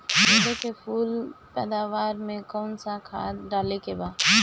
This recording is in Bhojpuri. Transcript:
गेदे के फूल पैदवार मे काउन् सा खाद डाले के बा?